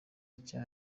icyo